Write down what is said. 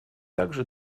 также